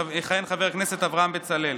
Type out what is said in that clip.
יכהן חבר הכנסת אברהם בצלאל.